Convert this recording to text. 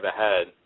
ahead